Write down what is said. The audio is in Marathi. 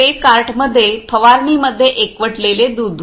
आणि स्प्रे कार्टमध्ये फवारणीमध्ये एकवटलेले दूध